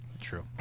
True